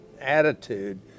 attitude